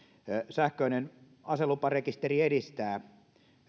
sähköinen aseluparekisteri edistää